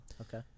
Okay